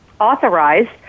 authorized